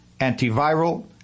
antiviral